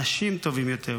אנשים טובים יותר.